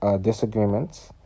disagreements